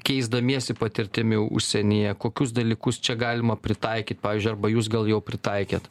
keisdamiesi patirtimi užsienyje kokius dalykus čia galima pritaikyt pavyzdžiui arba jūs gal jau pritaikėt